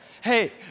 Hey